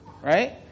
Right